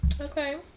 Okay